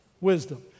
Wisdom